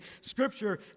Scripture